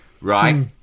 right